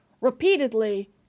repeatedly